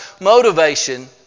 motivation